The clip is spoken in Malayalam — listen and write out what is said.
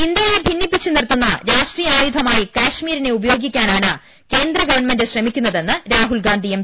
ഇന്ത്യയെ ഭിന്നിപ്പിച്ച് നിർത്തുന്ന രാഷ്ട്രീയ ആയുധമായി കശ്മീരിനെ ഉപയോഗിക്കാനാണ് കേന്ദ്രഗവൺമെന്റ് ശ്രമിക്കുന്ന തെന്ന് രാഹുൽഗാന്ധി എം